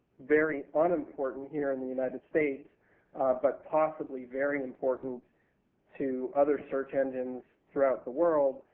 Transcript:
very unimportant here in the united states but possibly very important to other search engines throughout the world.